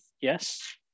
yes